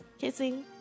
kissing